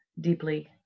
deeply